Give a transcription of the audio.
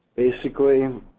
basically,